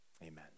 amen